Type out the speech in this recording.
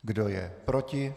Kdo je proti?